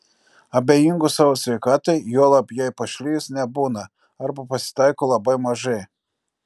abejingų savo sveikatai juolab jai pašlijus nebūna arba pasitaiko labai mažai